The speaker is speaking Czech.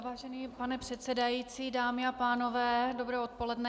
Vážený pane předsedající, dámy a pánové, dobré odpoledne.